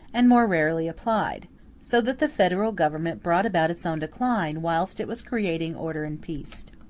and more rarely applied so that the federal government brought about its own decline, whilst it was creating order and peace.